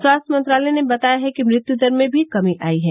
स्वास्थ्य मंत्रालय ने बताया है कि मृत्यदर में भी कमी आई है